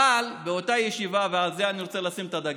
אבל באותה ישיבה, ועל זה אני רוצה לשים את הדגש,